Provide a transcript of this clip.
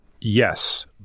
Yes